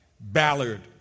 Ballard